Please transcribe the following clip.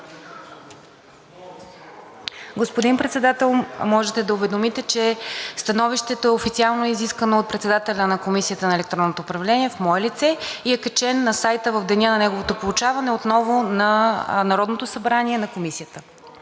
Господин Председател, може да уведомите, че становището официално е изискано от председателя на Комисията по електронно управление в мое лице и е качено отново в деня на неговото получаване на страницата на Комисията